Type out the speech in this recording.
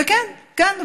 כן,